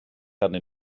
arnyn